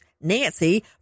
nancy